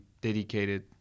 dedicated